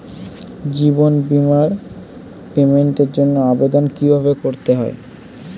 জীবন বীমার পেমেন্টের জন্য আবেদন কিভাবে করতে হয়?